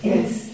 Yes